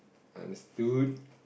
understood